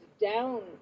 down